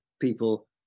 people